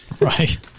Right